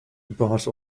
bart